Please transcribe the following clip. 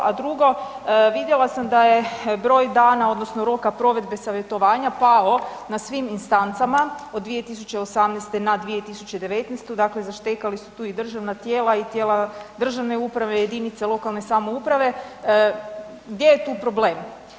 A drugo, vidjela sam da je broj dana odnosno roka provedbe savjetovanja pao na svim instancama od 2018. na 2019., dakle zaštekali su tu i državna tijela i tijela državne uprave, jedinice lokalne samouprave, gdje je tu problem?